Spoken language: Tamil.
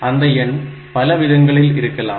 அந்த எண் பல விதங்களில் இருக்கலாம்